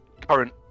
current